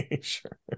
sure